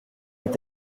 est